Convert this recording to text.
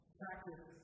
practice